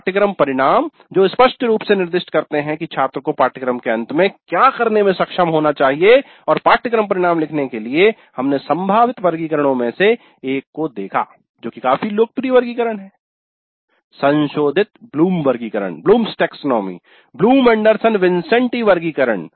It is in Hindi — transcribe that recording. पाठ्यक्रम परिणाम जो स्पष्ट रूप से निर्दिष्ट करते हैं कि छात्र को पाठ्यक्रम के अंत में क्या करने में सक्षम होना चाहिए और पाठ्यक्रम परिणाम लिखने के लिए हमने संभावित वर्गीकरणों में से एक को देखा जो की काफी लोकप्रिय वर्गीकरण है संशोधित ब्लूम वर्गीकरण Bloom's Taxonomy ब्लूम एंडरसन विन्सेंटी वर्गीकरण